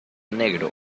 negro